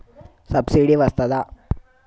Subsidy వస్తదా?